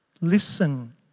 listen